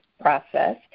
process